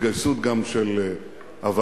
התגייסות גם של הוועדות,